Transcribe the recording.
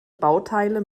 bauteile